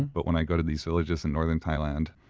but when i go to these villages in northern thailand,